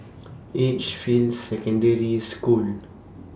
Edgefield Secondary School